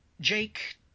Jake